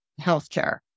Healthcare